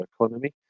economy